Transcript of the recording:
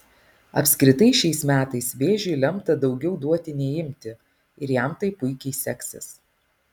apskritai šiais metais vėžiui lemta daugiau duoti nei imti ir jam tai puikiai seksis